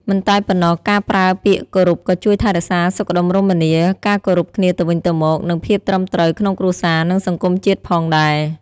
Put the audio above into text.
មិនតែប៉ុណ្ណោះ ការប្រើពាក្យគោរពក៏ជួយថែរក្សាសុខដុមរមនា ការគោរពគ្នាទៅវិញទៅមក និងភាពត្រឹមត្រូវក្នុងគ្រួសារនិងសង្គមជាតិផងដែរ។